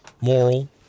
moral